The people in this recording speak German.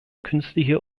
künstliche